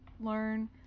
learn